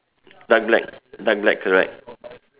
dark black dark black correct